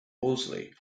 worsley